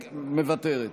מוותרת.